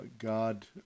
God